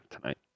tonight